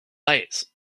layers